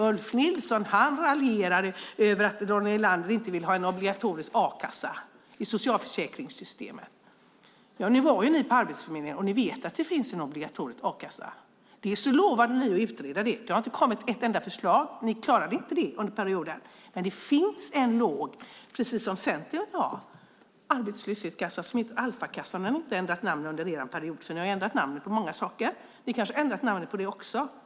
Ulf Nilsson raljerar över att Ronny Olander inte vill ha en obligatorisk a-kassa i socialförsäkringssystemet. Nu var ni på Arbetsförmedlingen, och ni vet att det finns en obligatorisk a-kassa. Det lovade ni att utreda. Det har inte kommit ett enda förslag. Ni klarade inte av det under perioden. Det finns en låg arbetslöshetskassa, precis som Centern vill ha, som heter Alfakassan. Den har inte ändrat namn under er period. Ni har ju ändrat namnet på många saker. Ni kanske har ändrat namnet på detta också.